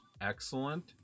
Excellent